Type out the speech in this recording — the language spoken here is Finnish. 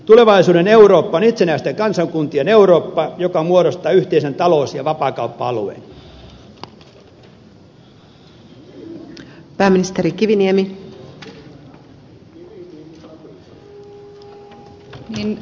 tulevaisuuden eurooppa on itsenäisten kansakuntien eurooppa joka muodostaa yhteisen talous ja vapaakauppa alueen